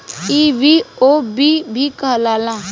ई बी.ओ.बी भी कहाला